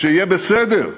שיהיה בסדר,